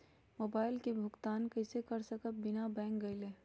Mobile के भुगतान कईसे कर सकब बिना बैंक गईले?